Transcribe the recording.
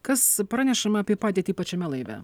kas pranešama apie padėtį pačiame laive